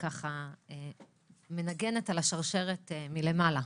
שמנגנת על השרשרת מלמעלה,